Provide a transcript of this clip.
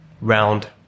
round